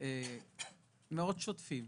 שוטפים